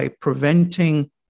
preventing